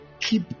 keep